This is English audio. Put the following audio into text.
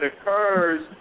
occurs